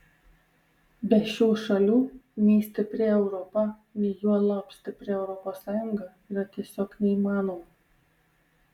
be šių šalių nei stipri europa nei juolab stipri europos sąjunga yra tiesiog neįmanoma